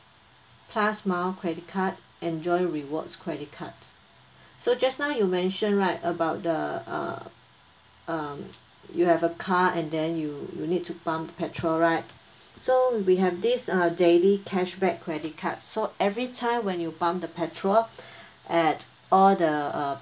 plus mile credit card enjoy rewards credit card so just now you mentioned right about the uh um you have a car and then you you need to pump petrol right so we have this uh daily cashback credit card so every time when you pump the petrol at all the uh